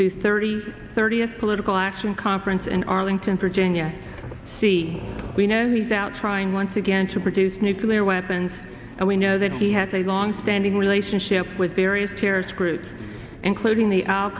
two thirty thirtieth's political action conference in arlington virginia c we know he's out trying once again to produce nuclear weapons and we know that he has a longstanding relationship with various terrorist groups including the al